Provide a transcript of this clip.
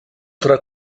tra